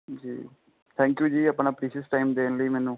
ਜੀ thank you ਜੀ ਆਪਣਾ ਪ੍ਰੀਸ਼ਅਸ ਟਾਈਮ ਦੇਣ ਲਈ ਮੈਨੂੰ